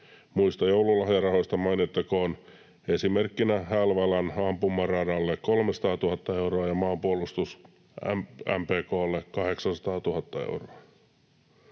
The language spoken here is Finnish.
Muista joululahjarahoista mainittakoon esimerkkinä Hälvälän ampumaradalle 300 000 euroa ja MPK:lle 800 000 euroa.